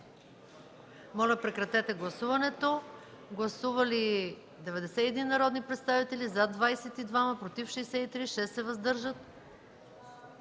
зала. Прекратете гласуването. Гласували 92 народни представители: за 78, против 10, въздържали